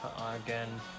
again